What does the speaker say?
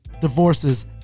divorces